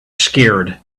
scared